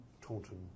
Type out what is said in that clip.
Taunton